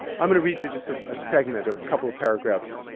i'm gonna read you just a segment, a couple of paragraphs.